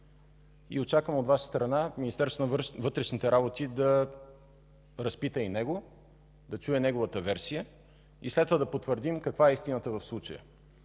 и очаквам от Ваша страна Министерството на вътрешните работи да разпита и него, да чуе неговата версия, и след това да потвърдим каква е истината в случая.